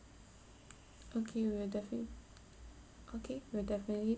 okay we'll definitely okay we'll definitely